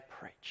preach